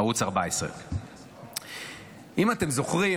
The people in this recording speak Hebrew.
ערוץ 14. אם אתם זוכרים,